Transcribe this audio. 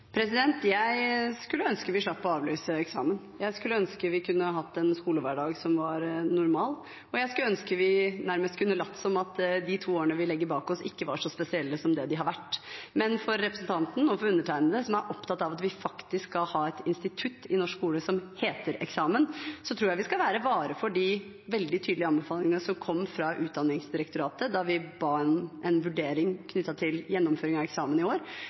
Jeg skulle ønske vi slapp å avlyse eksamen, jeg skulle ønske vi kunne hatt en skolehverdag som var normal, og jeg skulle ønske vi nærmest kunne latt som at de to årene vi legger bak oss, ikke var så spesielle som det de har vært. Men når det gjelder representanten og undertegnede, som er opptatt av at vi faktisk skal ha et institutt i norsk skole som heter eksamen, tror jeg vi skal være vare for de veldig tydelige anbefalingene som kom fra Utdanningsdirektoratet da vi ba om en vurdering knyttet til gjennomføringen av eksamen i år.